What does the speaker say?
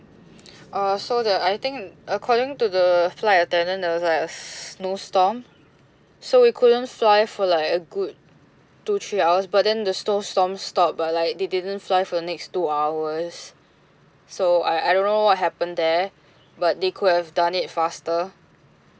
uh so the I think according to the flight attendant there was like a snow storm so we couldn't fly for like a good two three hours but then the snow storm stopped but like they didn't fly for the next two hours so I I don't know what happened there but they could have done it faster